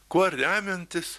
kuo remiantis